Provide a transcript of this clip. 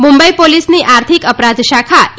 મુંબઈ પોલીસની આર્થિક અપરાધ શાખા ઈ